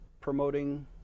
promoting